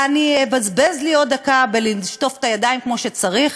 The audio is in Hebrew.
אני אבזבז לי עוד דקה בלשטוף את הידיים כמו שצריך,